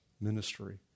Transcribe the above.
ministry